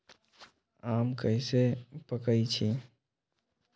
आम कईसे पकईछी?